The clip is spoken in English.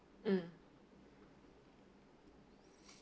mm